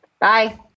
Bye